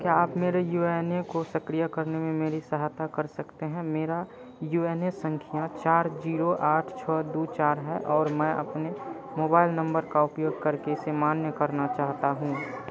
क्या आप मेरे यू एन ए को सक्रीय करने में मेरी सहायता कर सकते हैं मेरा यू एन ए संख्या चार जीरो आठ छः दो चार है और मैं अपने मोबाइल नम्बर का उपयोग करके इसे मान्य करना चाहता हूँ